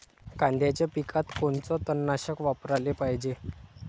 कांद्याच्या पिकात कोनचं तननाशक वापराले पायजे?